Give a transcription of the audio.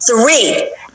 Three